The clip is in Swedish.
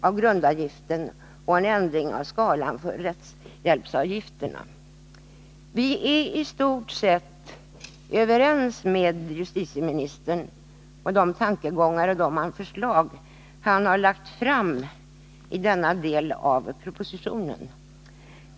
av grundavgiften och en ändring av skalan för rättshjälpsavgifterna. Vi är i stort sett överens med justitieministern när det gäller de tankegångar och förslag som han har fört fram i denna del av propositionen.